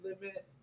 limit